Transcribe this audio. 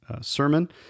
sermon